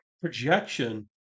projection